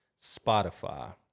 Spotify